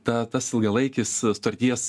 ta tas ilgalaikis sutarties